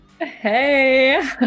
Hey